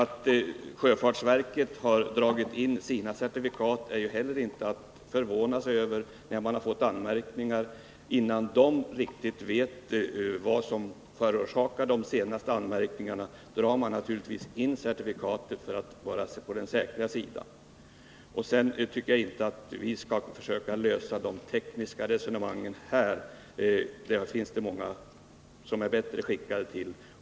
Att sjöfartsverket har dragit in sina certifikat efter det att verket har fått in anmärkningar är inte något att förvånas över. Innan verket riktigt vet vad som har förorsakat de senaste anmärkningarna drar det naturligtvis in certifikaten för att vara på den säkra sidan. Vi skall inte heller försöka lösa de tekniska problemen. Det finns det många som är bättre skickade att göra.